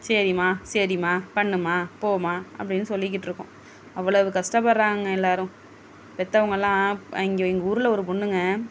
சரி மா சரி மா பண்ணுமா போம்மா அப்படின்னு சொல்லிகிட்டுருக்கோம் அவ்வளவு கஷ்டப்படுறாங்க எல்லோரும் பெற்றவங்கெல்லாம் இங்கே எங்கள் ஊரில் ஒரு பொண்ணுங்க